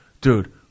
dude